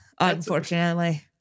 unfortunately